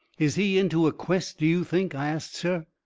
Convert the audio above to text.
is he into a quest, do you think? i asts her.